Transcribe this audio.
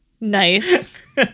Nice